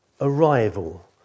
arrival